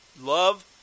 love